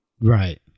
Right